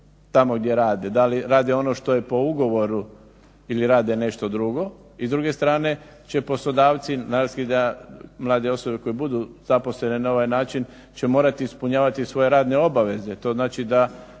tamo gdje rade, da li rade ono što je po ugovoru ili rade nešto drugo. I s druge strane će poslodavci, …/Ne razumije se./… da mlade osobe koje budu zaposlene na ovaj način će morati ispunjavati svoje radne obaveze. To znači da